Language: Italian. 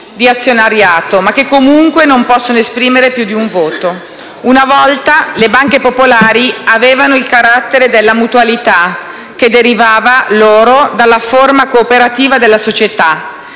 di azionariato, ma che comunque non possono esprimere più di un voto. Una volta, le banche popolari avevano il carattere della mutualità, che derivava loro dalla forma cooperativa della società.